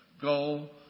Goal